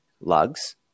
lugs